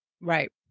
Right